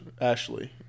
Ashley